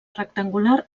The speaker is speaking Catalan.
rectangular